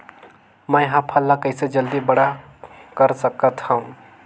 मैं ह फल ला कइसे जल्दी बड़ा कर सकत हव?